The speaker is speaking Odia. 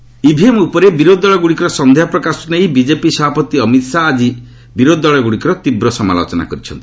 ଅମିତ ଶାହା ଇଭିଏମ୍ ଉପରେ ବିରୋଧୀ ଦଳଗ୍ରଡ଼ିକର ସନ୍ଦେହ ପ୍ରକାଶକ୍ତ ନେଇ ବିଜେପି ସଭାପତି ଅମିତ ଶାହା ଆଜି ବିରୋଧୀ ଦଳଗ୍ରଡ଼ିକର ତୀବ୍ର ସମାଲୋଚନା କରିଛନ୍ତି